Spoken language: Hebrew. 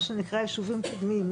מה שנקרא יישובים קדמיים,